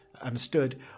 understood